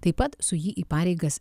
taip pat su jį į pareigas